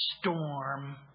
storm